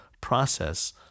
process